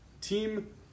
Team